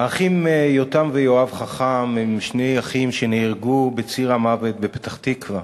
יותם ויואב חכם הם שני אחים שנהרגו בציר המוות בפתח-תקווה.